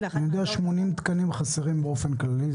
הבנתי שחסרים 80 תקנים באופן כללי.